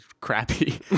crappy